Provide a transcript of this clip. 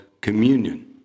Communion